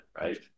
right